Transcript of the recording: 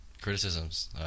criticisms